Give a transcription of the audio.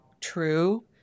true